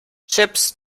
chips